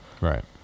Right